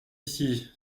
ici